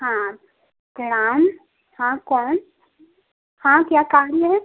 हाँ प्रणाम हाँ कौन हाँ क्या काम है